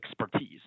expertise